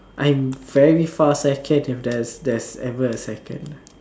I'm very far second even if there's there's ever a second